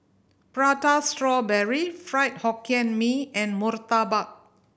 Prata Strawberry Fried Hokkien Mee and murtabak